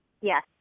Yes